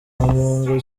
mungu